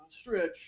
Stretch